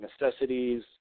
necessities